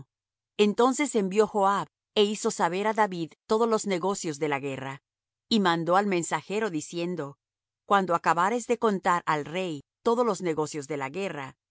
entonces envió joab é hizo saber á david todos los negocios de la guerra y mandó al mensajero diciendo cuando acabares de contar al rey todos los negocios de la guerra si